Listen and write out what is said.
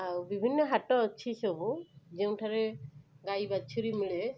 ଆଉ ବିଭିନ୍ନ ହାଟ ଅଛି ସବୁ ଯେଉଁଠାରେ ଗାଈ ବାଛୁରୀ ମିଳେ